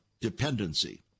dependency